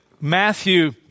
Matthew